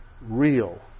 real